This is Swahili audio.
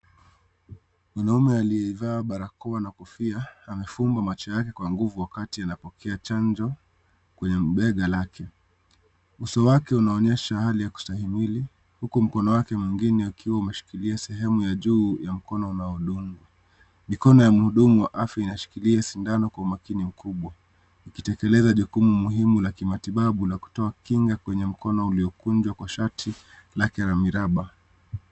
Mwanaume aiyevaa parakoa na kofia amefungwa macho yake kwa nguvu wakati anapokea chanjo kwenye bega lake, uso lake linaonyesha hali ya kustahimili huku mkono wake ingine akiwa ameshikilia sehemu ya juu ya mkono unaodungwa, mkono wa mhudumu wa afya inashikilia sindano kwa umakini mkubwa ukitekeleza jukumu muhimu la kimatibabu na kutoa kinga kwenye mkono uliokunjwa kwa shati lake la miraba.